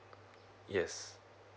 yes